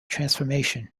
transformation